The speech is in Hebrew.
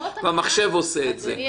אדוני,